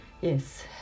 yes